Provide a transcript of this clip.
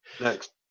next